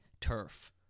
turf